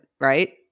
right